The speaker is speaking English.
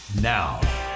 now